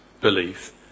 belief